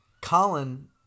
Colin